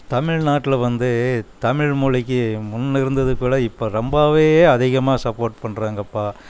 தமிழ் நாட்டில் வந்து தமிழ் மொழிக்கு முன்ன இருந்ததுபோல இப்போ ரொம்பவே அதிகமாக சப்போட் பண்ணுறாங்கப்பா